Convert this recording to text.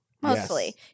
mostly